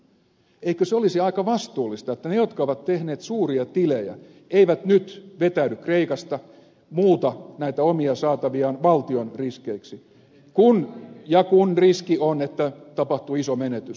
eikö se olisi aika vastuullista että ne jotka ovat tehneet suuria tilejä eivät nyt vetäydy kreikasta muuta näitä omia saataviaan valtion riskeiksi kun riski on että tapahtuu iso menetys